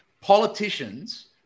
Politicians